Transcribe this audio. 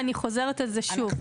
ואני חוזרת על זה שוב.